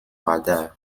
radar